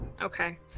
Okay